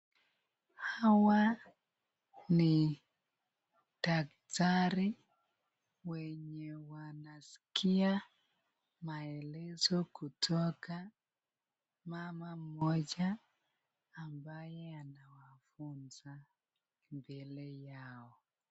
Hawa ni dakitari wenye wanasikia , maelezo kutoka mama mmoja ambaye anawafunza mbele yao.